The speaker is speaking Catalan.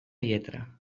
lletra